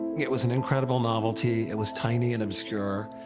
it was an incredible novelty, it was tiny and obscure,